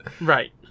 Right